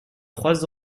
trois